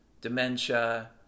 dementia